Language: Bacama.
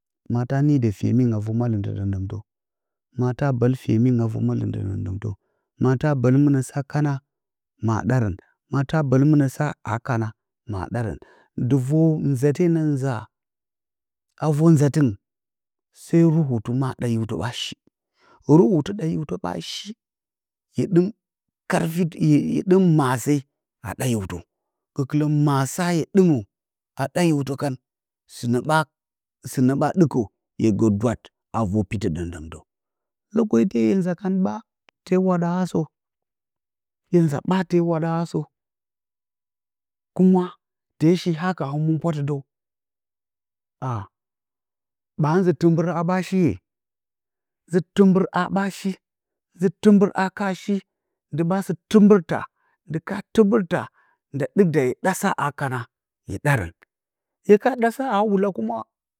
Mata nii də fyemingɨna və malɨmtɨ ɗəmɗəmtə ma ta bəl fyemingɨn a vər malɨmlɨ ɗəmɗəmtə ma ta bəl mɨnə sa kana ma ɗarə ma ta bəl mɨnə sa a kana ma ɗarən dɨ vər nzate na nza a vər nzalɨngɨ sai ruhutu ma ɗa hiwtə ɓa shi ruhutu ɗa hiwtə ɓa shi hye dɨm karfi yadem masao mabe a ɗa hiwtə gəkələ masa hye ɗɨmə a ɗa hiwtə kan sɨnə ɓa sɨnə ɓa dɨkə hye gə dwat a vər petɨ. ɗəmɗəmta lokati we hye nza kan ɓa te wa ɗa asə hye nza ɓa te wa ɗa asə kuma te shi haka həmənpwa tɨdəw aa! Ɓa nzɨ tɨgbɨrha ɓa shi ye? Nzɨ tɨgbɨrha ɓa shi nzɨ tɨgbɨrha ka shi ndɨ ɓa sɨ tɨgbɨrta ndɨ ka tɨgbɨrta nda ɗɨk da iye ɗa sa a karia hye ɗardu iye ka ɗa sa asɨnə kuma